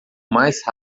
mais